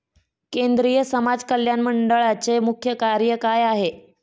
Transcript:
केंद्रिय समाज कल्याण मंडळाचे मुख्य कार्य काय आहे?